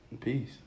Peace